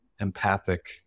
empathic